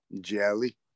Jelly